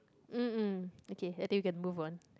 mm mm okay I think you can move on